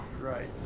Right